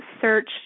search